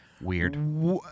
weird